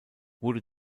wurde